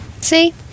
See